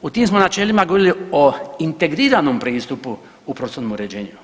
U tim smo načelima govorili o integriranom pristupu u prostornom uređenju.